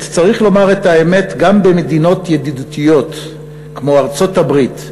"צריך לומר את האמת: גם במדינות ידידותיות כמו ארצות-הברית,